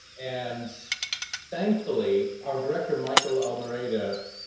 and thankfully, our director, michael almereyda,